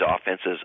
offenses